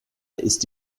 ist